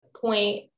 point